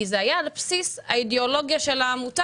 כי זה היה על בסיס האידיאולוגיה של העמותה,